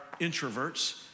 introverts